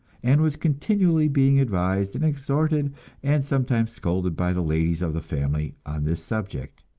and was continually being advised and exhorted and sometimes scolded by the ladies of the family on this subject.